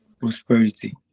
prosperity